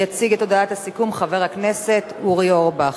יציג את הודעת הסיכום חבר הכנסת אורי אורבך.